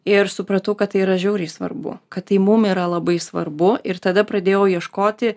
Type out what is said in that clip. ir supratau kad tai yra žiauriai svarbu kad tai mum yra labai svarbu ir tada pradėjau ieškoti